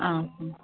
ଅ ହଁ